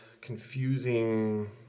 confusing